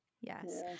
yes